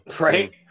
Right